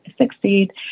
succeed